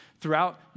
throughout